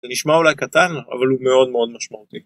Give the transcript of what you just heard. זה נשמע אולי קטן אבל הוא מאוד מאוד משמעותי.